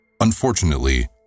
Unfortunately